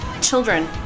children